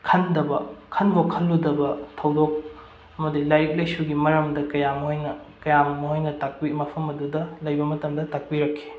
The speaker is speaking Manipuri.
ꯈꯟꯗꯕ ꯈꯟꯕꯨ ꯈꯜꯂꯨꯗꯅ ꯊꯧꯗꯣꯛ ꯑꯃꯗꯤ ꯂꯥꯏꯔꯤꯛ ꯂꯥꯏꯁꯨꯒꯤ ꯃꯔꯝꯗ ꯀꯌꯥ ꯃꯣꯏꯅ ꯀꯌꯥꯝ ꯃꯣꯏꯅ ꯇꯥꯛꯄꯤ ꯃꯐꯝ ꯑꯗꯨꯗ ꯂꯩꯕ ꯃꯇꯝꯗ ꯇꯥꯛꯄꯤꯔꯛꯈꯤ